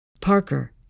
Parker